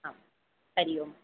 आं हरि ओम्